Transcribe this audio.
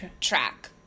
track